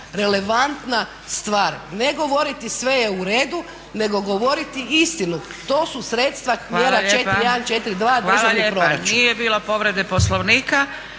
relevantna stvar. Ne govoriti sve je uredu nego govoriti istinu, to su sredstva mjera 4.1, 4.2 državni proračun.